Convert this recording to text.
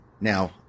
Now